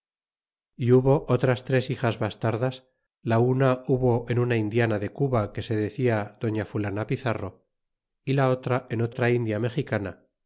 y hubo otras tres hijas bastardas la una hubo en una indiana de cuba que se decia doña fulana pizarro y la otra en otra india mexicana